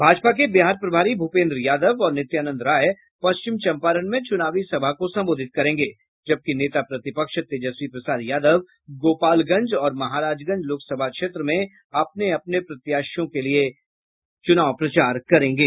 भाजपा के बिहार प्रभारी भूपेन्द्र यादव और नित्यानंद राय पश्चिम चंपारण में चुनावी सभा को संबोधित करेंगे जबकि नेता प्रतिपक्ष तेजस्वी प्रसाद यादव गोपालगंज और महाराजगंज लोकसभा क्षेत्र में सभा को संबोधित करेंगे